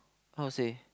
how to say